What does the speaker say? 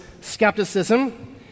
skepticism